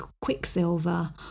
Quicksilver